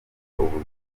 ubuzima